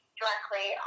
directly